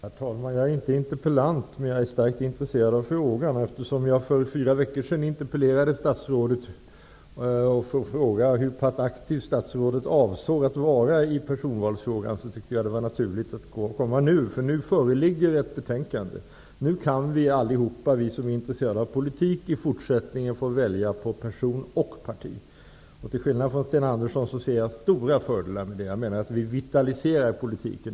Herr talman! Jag är inte interpellant, men jag är starkt intresserad av frågan, och eftersom jag för fyra veckor sedan interpellerade statrsådet om hur pass aktiv statsrådet avser att vara i personvalsfrågan, tyckte jag att det var naturligt att delta i den här debatten. Nu föreligger det nämligen ett betänkande. Nu kan vi alla som är intresserade av politik i fortsättningen få välja på person och parti. Till skillnad från Sten Andersson i Malmö ser jag stora fördelar i detta. Jag menar att detta vitaliserar politiken.